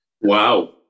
Wow